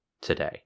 today